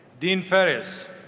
dean ferris.